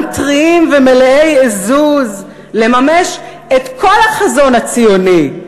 טריים ומלאי עזוז לממש את כל החזון הציוני,